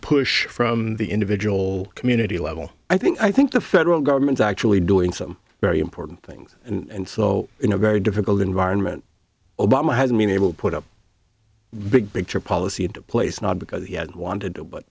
push from the individual community level i think i think the federal government's actually doing some very important things and so in a very difficult environment obama hasn't been able to put up big picture policy in place not because he had wanted